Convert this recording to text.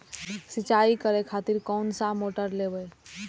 सीचाई करें खातिर कोन सा मोटर लेबे?